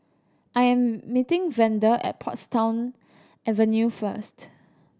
I am meeting Vander at Portsdown Avenue first